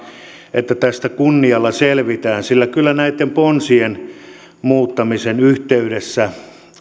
että tästä kunnialla selvitään sillä kyllä näitten ponsien muuttamisen yhteydessä